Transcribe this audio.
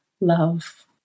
love